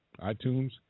iTunes